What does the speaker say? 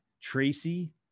Tracy